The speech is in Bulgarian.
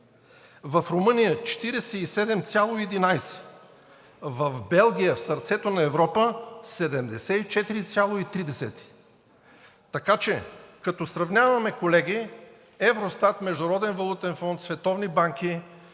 В Румъния – 47,11. В Белгия, в сърцето на Европа – 74,3. Така че като сравняваме, колеги, Евростат, Международен валутен фонд, световни банки,